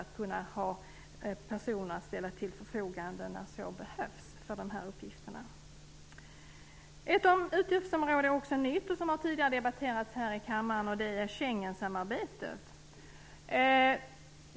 Det är viktigt att vi har personer som kan ställas till förfogande när så behövs för de här uppgifterna. Ett utgiftsområde är också nytt. Det har tidigare debatterats här i kammaren. Det är Schengensamarbetet.